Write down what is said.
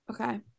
Okay